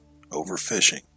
overfishing